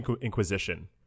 Inquisition